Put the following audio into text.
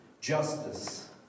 justice